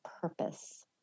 purpose